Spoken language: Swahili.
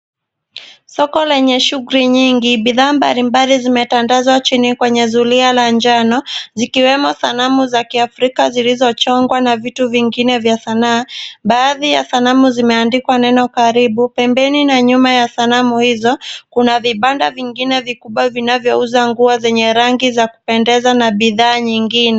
Soko lenye shughuli nyingi. Bidhaa mbalimbali zimetandazwa chini kwenye zulia na njano, zikiwemo sanamu za kiafrika zilizochongwa na vitu vingine vya sanaa. Baadhi ya sanamu zimeandikwa neno karibu. Pembeni na nyuma ya sanamu hizo kuna vibanda vingine vikubwa vinavyo uza nguo zenye rangi za kupendeza na bidhaa nyingine.